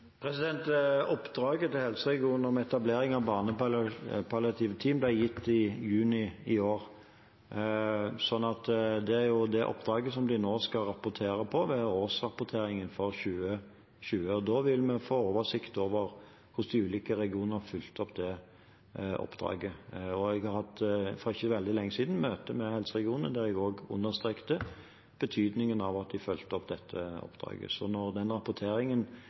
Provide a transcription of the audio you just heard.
Oppdraget til helseregionene om etablering av barnepalliative team ble gitt i juni i år, og det er det oppdraget de nå skal rapportere på, ved årsrapporteringen for 2020. Da vil vi få oversikt over hvordan de ulike regionene har fulgt opp det oppdraget. For ikke veldig lenge siden hadde jeg et møte med helseregionene der jeg også understreket betydningen av at de fulgte opp dette oppdraget. Når den rapporteringen